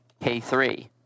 K3